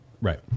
Right